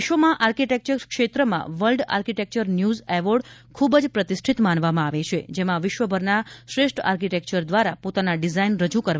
વિશ્વમાં આર્કિટેકચર ક્ષેત્રમાં world architecture news award ખૂબ જ પ્રતિષ્ઠત માનવામાં આવે છે જેમાં વિશ્વભરના શ્રેષ્ઠ આર્કિટેક્ચર દ્વારા પોતાના ડિઝાઇન રજૂ કરવામાં આવે છે